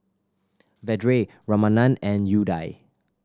Vedre Ramanand and Udai